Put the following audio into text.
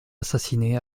assassiné